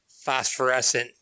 phosphorescent